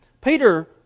Peter